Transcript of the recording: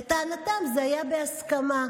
לטענתם זה היה בהסכמה.